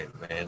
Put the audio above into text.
man